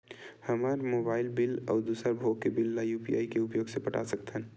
हमन mobile bill अउ दूसर भोग के बिल ला यू.पी.आई के उपयोग से पटा सकथन